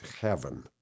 heaven